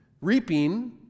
reaping